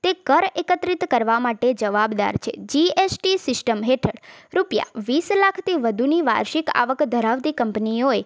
તે કર એકત્રિત કરવા માટે જવાબદાર છે જી એસ ટી સિષ્ટમ હેઠળ રૂપિયા વીસ લાખથી વધુની વાર્ષિક આવક ધરાવતી કંપનીઓએ